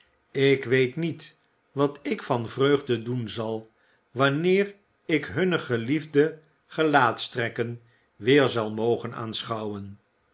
ik weet niet wat ik van vreugde doen zal wanneer ik hunne geliefde gelaatstrekken weer zal mogen aanschouwen